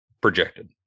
projected